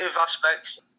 aspects